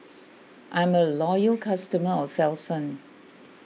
I'm a loyal customer of Selsun